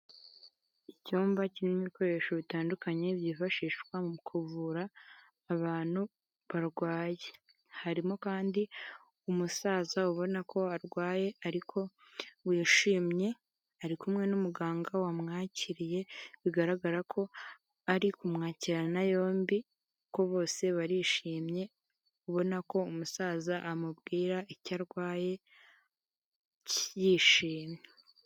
Icyumba kirimo ibikoresho bitandukanye byifashishwa mu kuvura abantu barwaye, harimo kandi umusaza ubona ko arwaye ariko wishimye, ari kumwe n'umuganga wamwakiriye bigaragara ko ari kumwakirana yombi kuko bose barishimye ubona ko umusaza amubwira icyo arwaye yishimye.